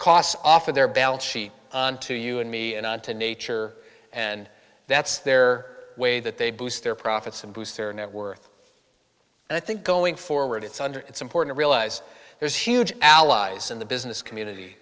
costs off of their balance sheet onto you and me and on to nature and that's their way that they boost their profits and boost their net worth and i think going forward it's under it's important to realize there's huge allies in the business community